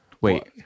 Wait